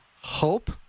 hope